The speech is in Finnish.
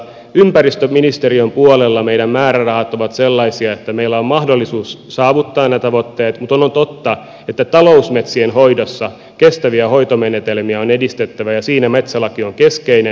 ympäristöministeriön puolella meidän määrärahamme ovat sellaisia että meillä on mahdollisuus saavuttaa ne tavoitteet mutta on totta että talousmetsien hoidossa kestäviä hoitomenetelmiä on edistettävä ja siinä metsälaki on keskeinen